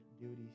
duties